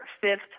fifth